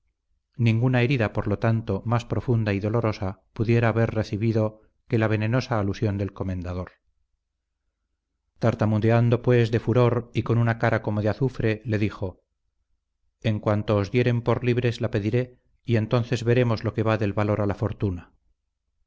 ninguna herida por lo tanto más profunda y dolorosa pudiera haber recibido que la venenosa alusión del comendador tartamudeando pues de furor y con una cara como de azufre le dijo en cuanto os dieren por libres la pediré y entonces veremos lo que va del valor a la fortuna